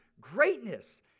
greatness